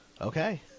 okay